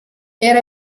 era